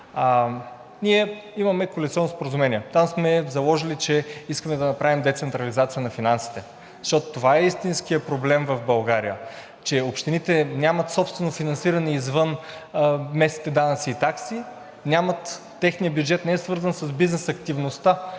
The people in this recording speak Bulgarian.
Ние имаме коалиционно споразумение. Там сме заложили, че искаме да направим децентрализация на финансите. Защото това е истинският проблем в България – че общините нямат собствено финансиране извън местните данъци и такси. Техният бюджет не е свързан с бизнес активността